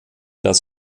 das